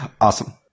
Awesome